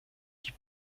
die